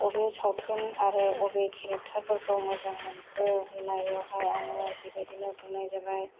अबे सावथुन आराे अबे केरेकटार फोरखौ मोजां मोनखो होननायावहाय आङो बिबादिनो बुंनाय जाबाय